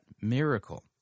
miracle